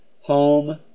Home